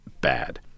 bad